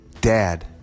Dad